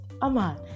Aman